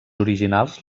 originals